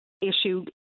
issue